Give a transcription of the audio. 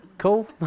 cool